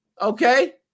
Okay